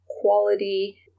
quality